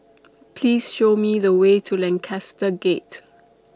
Please Show Me The Way to Lancaster Gate